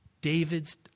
David's